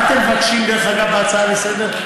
מה אתם מבקשים, דרך אגב, בהצעה לסדר-היום?